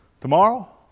Tomorrow